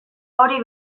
hori